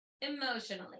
emotionally